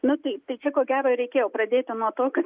nu tai tai čia ko gero ir reikėjo pradėti nuo to kad